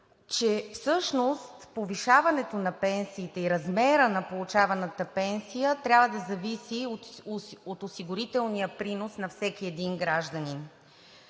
че всъщност повишаването на пенсиите и размерът на получаваната пенсия трябва да зависи от осигурителния принос на всеки един гражданин.